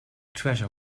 treasure